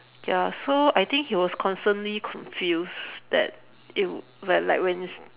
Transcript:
ya so I think he was constantly confused that it like when